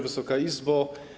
Wysoka Izbo!